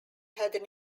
had